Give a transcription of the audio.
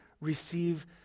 receive